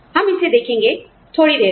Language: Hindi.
हम इसे देखेंगे आप जानते हैं थोड़ी देर बाद